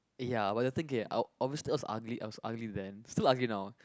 ya but the thing k i i was ugly also ugly then still ugly now